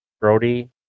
Brody